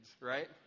right